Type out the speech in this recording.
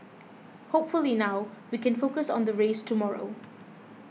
hopefully now we can focus on the race tomorrow